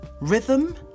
rhythm